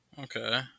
okay